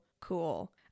cool